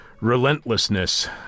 relentlessness